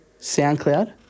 SoundCloud